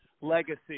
legacy